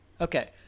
Okay